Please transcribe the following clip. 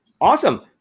Awesome